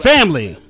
Family